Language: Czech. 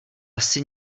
asi